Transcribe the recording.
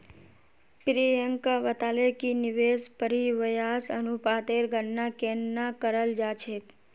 प्रियंका बताले कि निवेश परिव्यास अनुपातेर गणना केन न कराल जा छेक